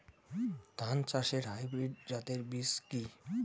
ধান চাষের হাইব্রিড জাতের বীজ কি?